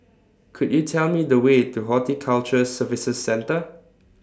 Could YOU Tell Me The Way to Horticulture Services Centre